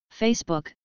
Facebook